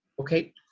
Okay